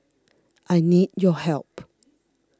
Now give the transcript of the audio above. I need your help